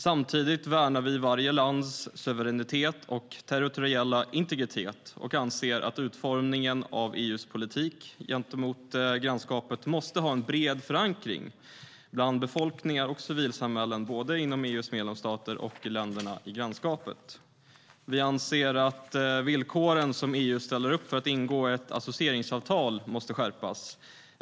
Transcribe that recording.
Samtidigt värnar vi varje lands suveränitet och territoriella integritet och anser att utformningen av EU:s politik gentemot grannskapet måste ha en bred förankring bland befolkningar och civilsamhällen både inom EU:s medlemsstater och i länderna i grannskapet. Vi anser att villkoren som EU ställer upp för att ingå ett associeringsavtal måste skärpas.